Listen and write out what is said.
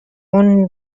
اون